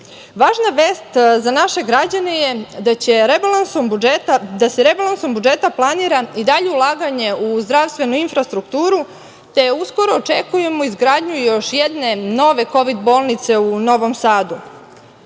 vest za naše građane je da se rebalansom budžeta planira i dalje ulaganje u zdravstvenu infrastrukturu, te uskoro očekujemo izgradnju još jedne nove kovid bolnice u Novom Sadu. Naši